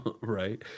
Right